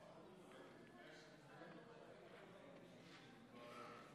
היא שההצעה תידון בוועדת החוקה, חוק ומשפט.